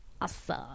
awesome